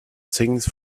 things